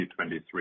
2023